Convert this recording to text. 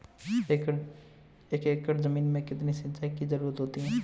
एक एकड़ ज़मीन में कितनी सिंचाई की ज़रुरत होती है?